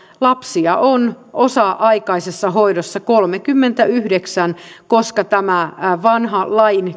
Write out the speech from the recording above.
lapsia on osa aikaisessa hoidossa kolmekymmentäyhdeksän koska tämä vanha